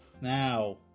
now